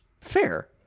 fair